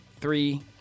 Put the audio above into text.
three